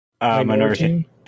minority